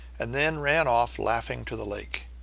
and then ran off laughing to the lake.